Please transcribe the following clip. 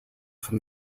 from